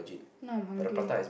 now I'm hungry